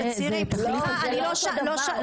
זה לא אותו הדבר.